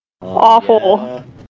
Awful